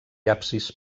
absis